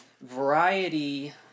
Variety